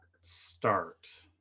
start